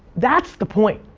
that's the point.